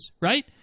Right